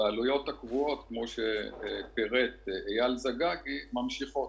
והעלויות הקבועות, כמו שפירט אייל זגגי, ממשיכות.